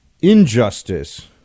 injustice